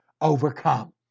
overcome